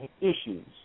issues